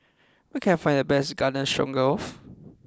where can I find the best Garden Stroganoff